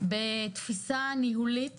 בתפיסה ניהולית